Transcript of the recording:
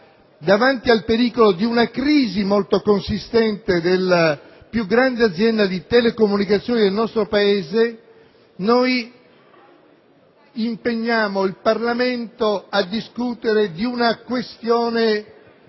davanti al pericolo di una crisi molto consistente della più grande azienda di telecomunicazioni del nostro Paese, noi impegniamo il Parlamento a discutere di una questione